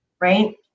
Right